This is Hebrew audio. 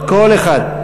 כל אחד.